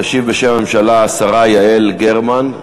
תשיב בשם הממשלה השרה יעל גרמן.